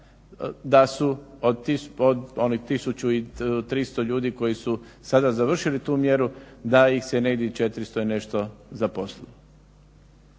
da su od onih 1300 ljudi koji su sada završili tu mjeru, da ih se negdje 400 i nešto zaposlilo.